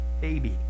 baby